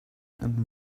and